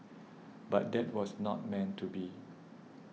but that was not meant to be